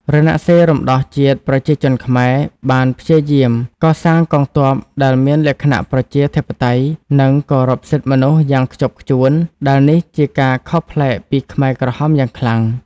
រណសិរ្សរំដោះជាតិប្រជាជនខ្មែបានព្យាយាមកសាងកងទ័ពដែលមានលក្ខណៈប្រជាធិបតេយ្យ និងគោរពសិទ្ធិមនុស្សយ៉ាងខ្ជាប់ខ្ជួន ដែលនេះជាការខុសប្លែកពីខ្មែរក្រហមយ៉ាងខ្លាំង។